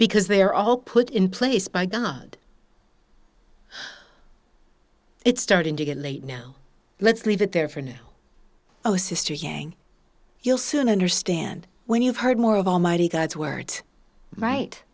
because they are all put in place by god it's starting to get late now let's leave it there for now oh sister yang you'll soon understand when you've heard more of almighty god's word right